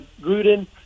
Gruden